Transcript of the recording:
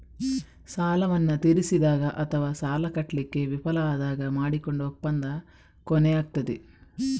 ಸಾಲವನ್ನ ತೀರಿಸಿದಾಗ ಅಥವಾ ಸಾಲ ಕಟ್ಲಿಕ್ಕೆ ವಿಫಲ ಆದಾಗ ಮಾಡಿಕೊಂಡ ಒಪ್ಪಂದ ಕೊನೆಯಾಗ್ತದೆ